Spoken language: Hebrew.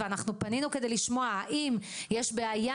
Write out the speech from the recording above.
ואנחנו פנינו כדי לשמוע האם יש בעיה